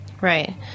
right